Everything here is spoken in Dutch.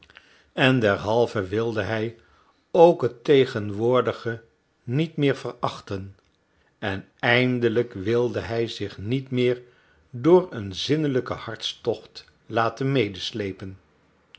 en derhalve wilde hij ook het tegenwoordige niet meer verachten en eindelijk wilde hij zich niet meer door een zinnelijken hartstocht laten